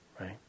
Right